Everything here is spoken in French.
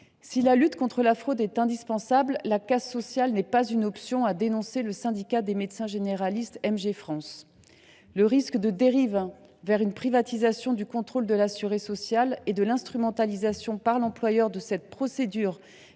Si la lutte contre la fraude est indispensable, la casse sociale n’est pas une option, a dénoncé le syndicat des médecins généralistes MG France. Le risque d’une dérive vers une privatisation du contrôle de l’assuré social et d’une instrumentalisation de la procédure